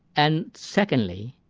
and secondly,